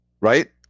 right